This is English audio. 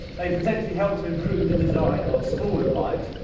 they potentially help to improve the design of smaller bikes.